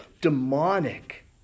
demonic